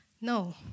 No